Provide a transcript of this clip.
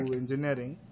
engineering